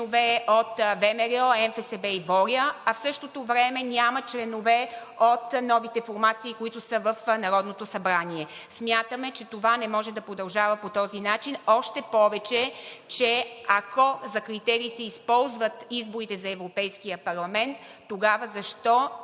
членове от ВМРО, НФСБ и ВОЛЯ, а в същото време няма членове от новите формации, които са в Народното събрание. Смятаме, че това не може да продължава по този начин, още повече че ако за критерии се използват изборите за Европейския парламент, тогава защо